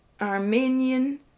Armenian